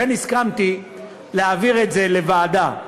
לכן הסכמתי להעביר את זה לוועדה,